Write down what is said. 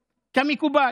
כמקובל,